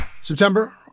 September